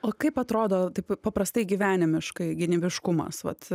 o kaip atrodo taip paprastai gyvenimiškai gynybiškumas vat